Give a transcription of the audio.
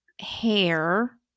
hair